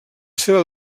seva